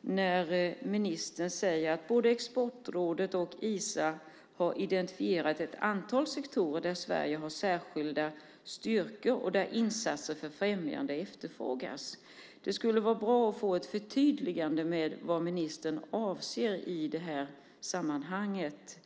när ministern säger att både Exportrådet och ISA har identifierat ett antal sektorer där Sverige har särskilda styrkor och där insatser för främjande efterfrågas. Det skulle vara bra att få ett förtydligande av vad ministern avser i det här sammanhanget.